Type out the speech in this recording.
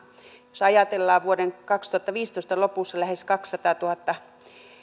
vuoden kaksituhattaviisitoista lopussa lähes kaksisataatuhatta